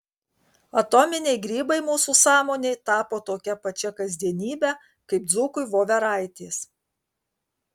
atominiai grybai mūsų sąmonei tapo tokia pačia kasdienybe kaip dzūkui voveraitės